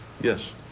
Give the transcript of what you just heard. Yes